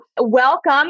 welcome